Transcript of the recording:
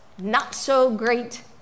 not-so-great